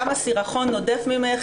כמה סירחון נודף ממך,